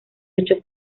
ocho